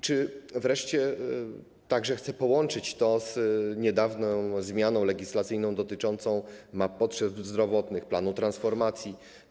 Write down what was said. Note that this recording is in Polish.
Czy wreszcie także chce połączyć to z niedawną zmianą legislacyjną dotyczącą map potrzeb zdrowotnych, planu transformacji?